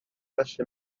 gallu